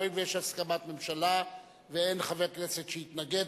הואיל ויש הסכמת ממשלה ואין חבר כנסת שהתנגד,